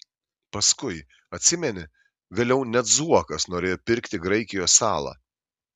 paskui atsimeni vėliau net zuokas norėjo pirkti graikijos salą